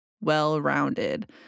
well-rounded